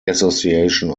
association